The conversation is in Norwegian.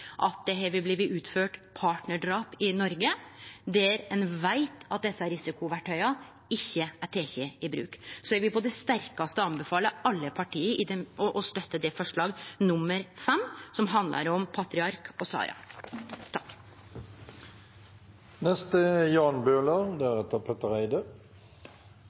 at det har blitt utført partnardrap i Noreg der ein veit at desse risikoverktøya ikkje er tekne i bruk. Eg vil på det sterkaste anbefale alle parti å støtte forslag nr. 5, som handlar om PATRIARK og SARA.